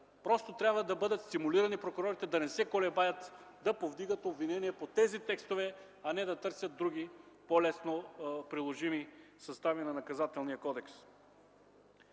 нататък. Трябва да бъдат стимулирани прокурорите да не се колебаят да повдигат обвинения по тези текстове, а не да търсят други, по-лесно приложими състави на Наказателния кодекс.